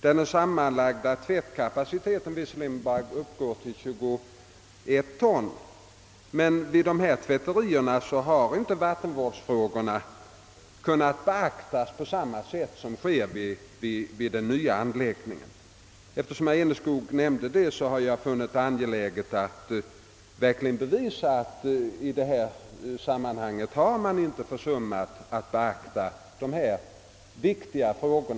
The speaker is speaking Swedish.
Deras sammanlagda tvättkapacitet uppgår visserligen bara till 21 ton, men vid dessa tvätterier har inte vattenvårdsfrågorna kunnat beaktas på samma sätt som vid den nya anläggningen. Eftersom herr Enskog tog upp saken har jag funnit det angeläget att verkligen bevisa, att man i detta sammanhang inte har försummat att tänka på dessa viktiga frågor.